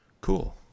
cool